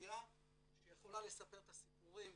האוכלוסייה שיכולה לספר את הסיפורים,